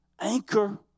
Anchor